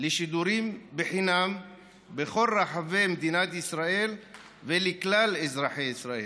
שידורים חינם בכל רחבי מדינת ישראל ולכלל אזרחי ישראל,